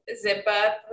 zip-up